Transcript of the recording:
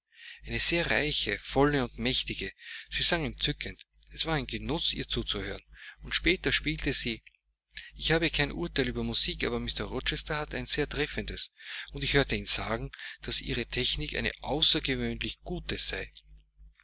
eine sehr reiche volle und mächtige sie sang entzückend es war ein genuß ihr zuzuhören und später spielte sie ich habe kein urteil über musik aber mr rochester hat ein sehr treffendes und ich hörte ihn sagen daß ihre technik eine außergewöhnlich gute sei